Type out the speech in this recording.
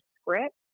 script